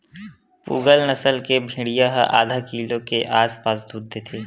पूगल नसल के भेड़िया ह आधा किलो के आसपास दूद देथे